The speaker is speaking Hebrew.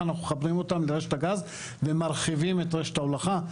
אנחנו מחברים אותם לרשת הגז ומרחיבים את רשת ההולכה.